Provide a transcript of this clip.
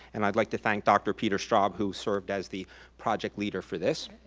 and i'd like to thank dr. peter straub who served as the project leader for this.